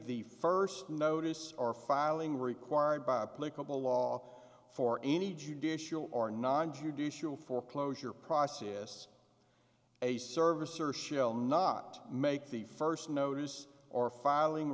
the first notice or filing required by a political law for any judicial or non judicial foreclosure process a service or shall not make the first notice or filing